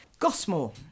Gosmore